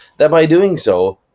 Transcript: that by doing so,